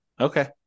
Okay